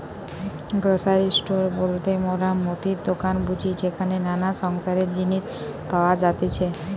grocery store বলতে মোরা মুদির দোকান বুঝি যেখানে নানা সংসারের জিনিস পাওয়া যাতিছে